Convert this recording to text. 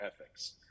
ethics